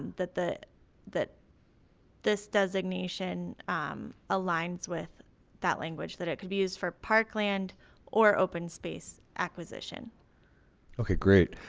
that the that this designation um aligns with that language that it could be used for parkland or open space acquisition okay, great.